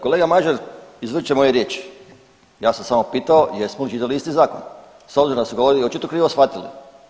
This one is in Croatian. Kolega Mažar izvrće moje riječi, ja sam samo pitao jesmo li čitali isti zakon s obzirom da su ga ovdje očito krivo shvatili.